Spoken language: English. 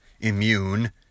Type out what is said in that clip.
immune